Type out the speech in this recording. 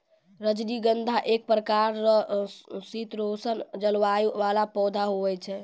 रजनीगंधा एक प्रकार रो शीतोष्ण जलवायु वाला पौधा हुवै छै